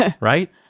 right